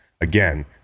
Again